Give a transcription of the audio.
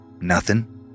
Nothing